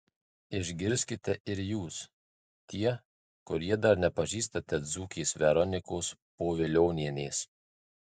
išgirskite ir jūs tie kurie dar nepažįstate dzūkės veronikos povilionienės